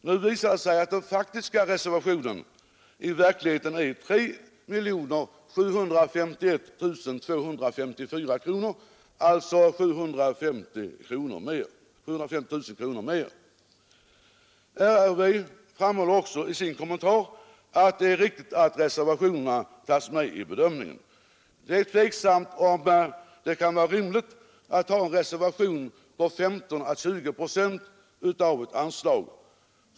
Nu visar det sig att den faktiska reservationen i verkligheten är 3 751 254 kronor, dvs. drygt 750 miljoner kronor högre. Riksräkenskapsverket framhåller också i sin kommentar att det är riktigt att reservationerna tas med i bedömningen. Det är tvivelaktigt om det kan vara rimligt att ha en reservation på 15 å 20 procent av ett anslag.